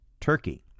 Turkey